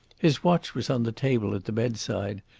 his watch was on the table at the bedside,